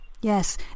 Yes